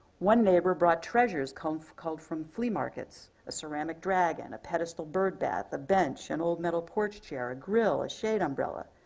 one neighbor brought treasures culled culled from flea markets. a ceramic dragon, a pedestal bird bath, a bench, an old metal porch chair, a grill, a shade umbrella.